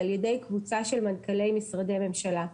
על ידי קבוצה של מנכ"לי משרדי ממשלה,